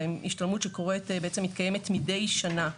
זה השתלמות שמתקיימת מדי שנה.